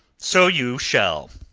so you shall.